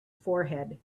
forehead